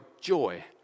joy